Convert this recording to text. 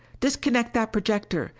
disconnect that projector!